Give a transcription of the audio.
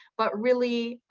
but really,